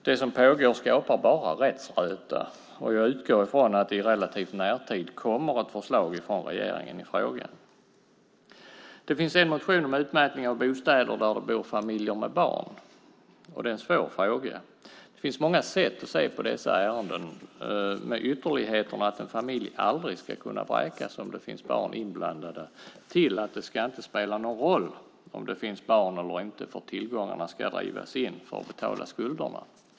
Det som pågår skapar bara rättsröta, och jag utgår från att det i relativ närtid kommer ett förslag från regeringen i frågan. Det finns en motion om utmätning av bostäder där det bor familjer med barn. Detta är en svår fråga. Det finns många sätt att se på dessa ärenden, med ytterligheterna att en familj aldrig ska kunna vräkas om det finns barn inblandade till att det inte ska spela någon roll om det finns barn eller inte, tillgångarna ska drivas in för att betala skulderna.